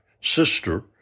sister